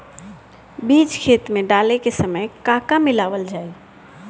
बीज खेत मे डाले के सामय का का मिलावल जाई?